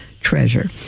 treasure